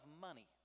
money